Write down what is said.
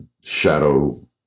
shadow